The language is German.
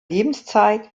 lebenszeit